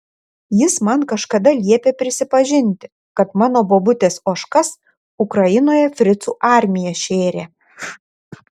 jis man kažkada liepė prisipažinti kad mano bobutės ožkas ukrainoje fricų armija šėrė